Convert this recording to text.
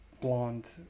blonde